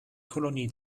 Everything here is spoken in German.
kolonie